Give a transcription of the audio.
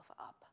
up